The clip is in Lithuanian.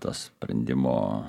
tos sprendimo